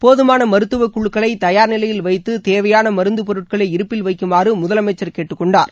போதுமான மருத்துவ மகுழுக்களை தயார் நிலையில் வைத்து தேவையான மருந்து பொருட்களை இருப்பில் வைக்குமாறு முதலமைச்சர் கேட்டுக்கொண்டார்